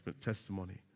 testimony